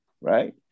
Right